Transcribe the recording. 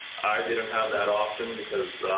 i didn't have that option because,